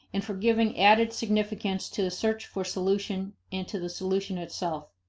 and for giving added significance to the search for solution and to the solution itself.